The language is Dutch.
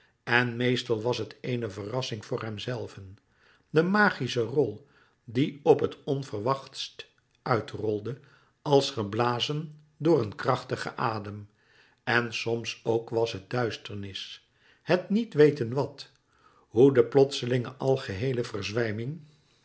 en meestal was het eene verrassing voor hemzelven de magische rol die op het onverwachtst uitrolde als geblazen door een krachtigen adem en soms ook was het duisternis het niet weten wàt hoe de plotselinge algeheele verzwijming